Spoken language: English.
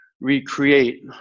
recreate